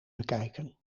bekijken